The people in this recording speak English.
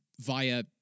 Via